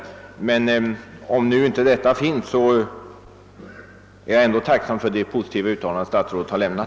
Om så nu inte är fallet, är jag emellertid ändå tacksam för det positiva besked statsrådet nyss lämnat.